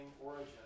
origin